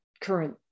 current